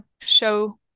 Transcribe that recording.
show